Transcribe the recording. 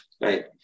right